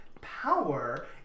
power